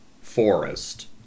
forest